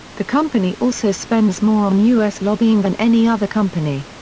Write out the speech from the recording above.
the company also spends more on u s. lobbying than any other company.